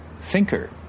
thinker